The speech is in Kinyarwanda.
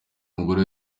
umugore